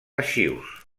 arxius